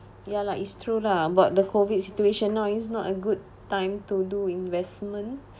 ya lah it's true lah but the COVID situation now is not a good time to do investment